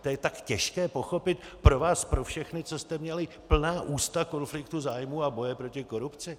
To je tak těžké pochopit pro vás pro všechny, co jste měli plná ústa konfliktu zájmů a boje proti korupci?